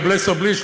noblesse oblige,